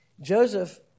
Joseph